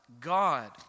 God